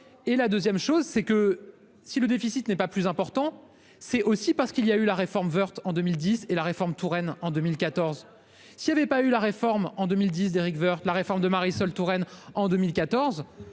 et la 2ème chose c'est que si le déficit n'est pas plus important, c'est aussi parce qu'il y a eu la réforme Woerth en 2010 et la réforme Touraine en 2014. S'il y avait pas eu la réforme en 2010 d'Éric Woerth. La réforme de Marisol Touraine, en 2014